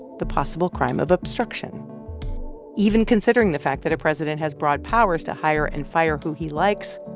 the possible crime of obstruction even considering the fact that a president has broad powers to hire and fire who he likes,